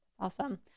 Awesome